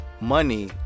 money